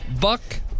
Buck